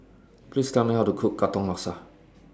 Please Tell Me How to Cook Katong Laksa